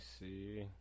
see